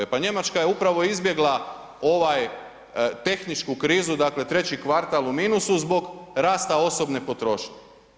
E pa Njemačka je upravo izbjegla ovaj, tehničku krizu, dakle treći kvartal u minusu zbog rasta osobne potrošnje.